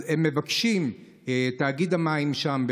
אז מבקש תאגיד המים שם,